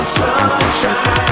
sunshine